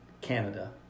Canada